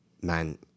man